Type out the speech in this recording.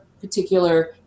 particular